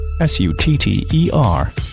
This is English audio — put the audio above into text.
S-U-T-T-E-R